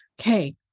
Okay